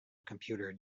computer